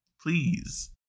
Please